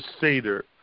Seder